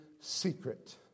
secret